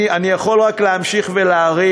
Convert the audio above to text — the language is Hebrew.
אני יכול רק להמשיך ולהעריך.